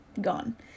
Gone